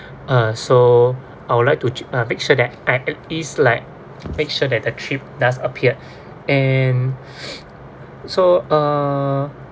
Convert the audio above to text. uh so I would like to uh make sure that I it's like make sure that the trip does appeared and so uh